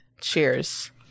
Cheers